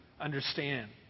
understand